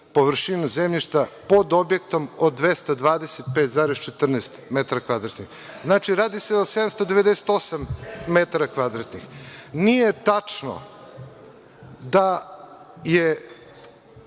površinu zemljišta pod objektom od 225,14 metara kvadratnih. Znači, radi se o 798 metara kvadratnih. Nije tačno da je